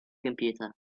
computer